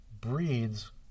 breeds